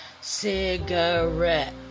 cigarette